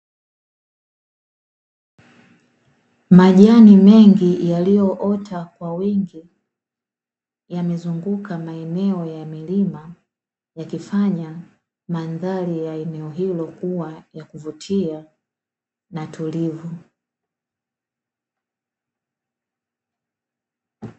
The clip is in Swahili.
Majani mengi yaliyoota kwa wingi yamezunguka maeneo ya kilima yakifanya mandhari ya eneo hili kuwa ya kuvutia na tulivu.